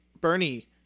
Bernie